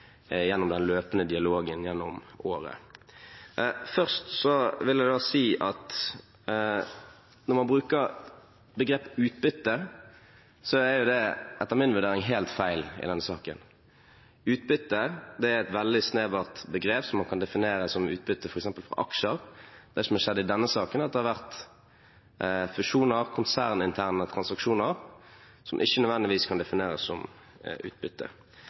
gjennom den løpende dialogen gjennom året. Først vil jeg da si at når man bruker begrepet «utbytte», er det etter min vurdering helt feil i denne saken. «Utbytte» er et veldig snevert begrep, som man kan definere som utbytte f.eks. fra aksjer. Det som har skjedd i denne saken, er at det har vært fusjoner, konserninterne transaksjoner, som ikke nødvendigvis kan defineres som utbytte.